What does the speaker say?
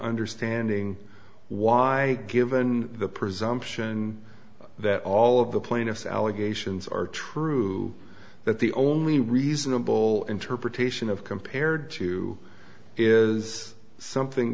understanding why given the presumption that all of the plaintiffs allegations are true that the only reasonable interpretation of compared to is something